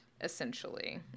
essentially